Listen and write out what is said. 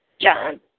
John